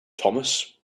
thomas